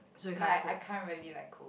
like I can't really like cook